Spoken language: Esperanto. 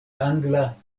angla